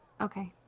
Okay